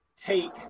take